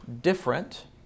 different